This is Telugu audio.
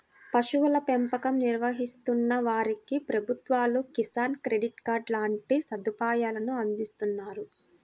పశువుల పెంపకం నిర్వహిస్తున్న వారికి ప్రభుత్వాలు కిసాన్ క్రెడిట్ కార్డు లాంటి సదుపాయాలను అందిస్తున్నారు